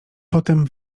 potem